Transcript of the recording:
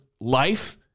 life